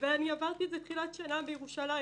אני עברתי את זה בתחילת השנה בירושלים.